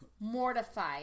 mortified